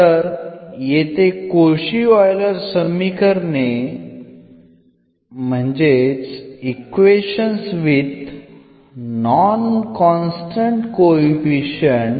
तर येथे Cauchy Euler समीकरणे म्हणजे equations with non constant coefficient